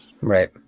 Right